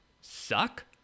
suck